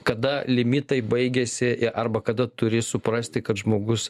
kada limitai baigiasi arba kada turi suprasti kad žmogus